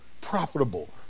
profitable